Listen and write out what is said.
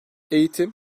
eğitim